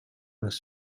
les